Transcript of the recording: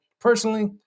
personally